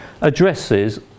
addresses